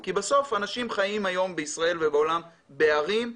כי בסוף אנשים חיים היום בישראל ובעולם בערים.